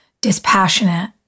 dispassionate